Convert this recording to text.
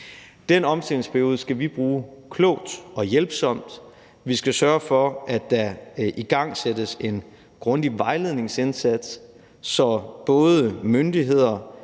Den omstillingsperiode skal vi bruge klogt og hjælpsomt. Vi skal sørge for, at der igangsættes en grundig vejledningsindsats, så både myndigheder